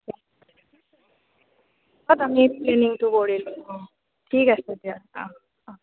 তাত আমি প্লেনিংটো কৰিলো অঁ ঠিক আছে দিয়া অঁ অঁ